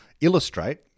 illustrate